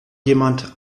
jemand